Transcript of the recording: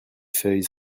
feuilles